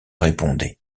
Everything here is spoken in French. répondait